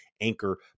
Anchor